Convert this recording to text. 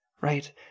right